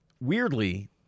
weirdly